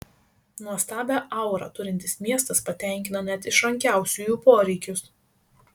nuostabią aurą turintis miestas patenkina net išrankiausiųjų poreikius